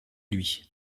lui